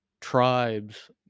tribes